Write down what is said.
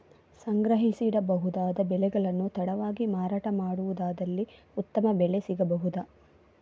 ಸಂಗ್ರಹಿಸಿಡಬಹುದಾದ ಬೆಳೆಗಳನ್ನು ತಡವಾಗಿ ಮಾರಾಟ ಮಾಡುವುದಾದಲ್ಲಿ ಉತ್ತಮ ಬೆಲೆ ಸಿಗಬಹುದಾ?